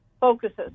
focuses